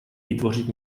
vytvořit